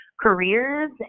careers